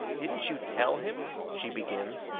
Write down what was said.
didn't you tell him she begins.